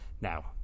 Now